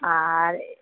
আর